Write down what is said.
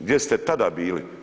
Gdje ste tada bili?